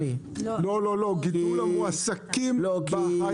לא, על גידול המועסקים בהייטק.